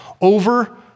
over